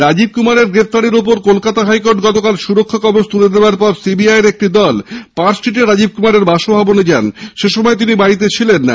রাজীব কুমারের গ্রেফতারির ওপর কলকাতা হাইকোর্ট গতকাল সুরক্ষা কবচ তুলে নেওয়ার পর সি বি আই এর একটি দল পার্কস্ট্রীটে রাজীব কুমারের বাসভবনে যান সে সময় তিনি বাড়িতে ছিলেন না